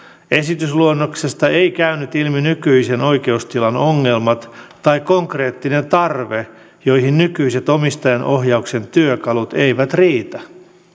esitysluonnoksesta ei käynyt ilmi nykyisen oikeustilan ongelmat tai konkreettinen tarve joihin nykyiset omistajaohjauksen työkalut eivät riitä